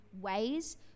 ways